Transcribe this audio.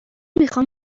میخوام